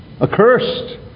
accursed